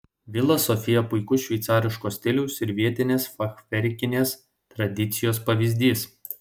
vila sofija puikus šveicariško stiliaus ir vietinės fachverkinės tradicijos pavyzdys